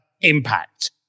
impact